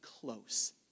close